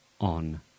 on